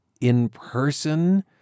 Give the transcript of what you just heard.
in-person